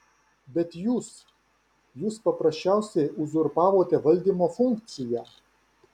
bet jūs jūs paprasčiausiai uzurpavote valdymo funkciją